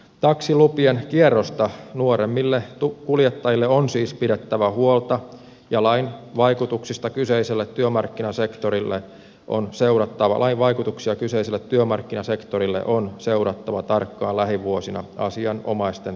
taksilupien kierrosta nuoremmille kuljettajille on siis pidettävä huolta ja lain vaikutuksista kyseiselle työmarkkinasektorille on seurattava lain vaikutuksia kyseiselle työmarkkinasektorille on seurattava tarkkaan lähivuosina asianomaisten tahojen toimesta